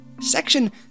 Section